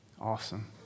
Awesome